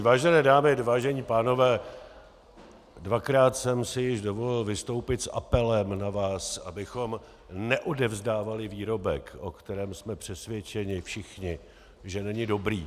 Vážené dámy, vážení pánové, dvakrát jsem si již dovolil vystoupit s apelem na vás, abychom neodevzdávali výrobek, o kterém jsme přesvědčeni všichni, že není dobrý.